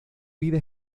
vida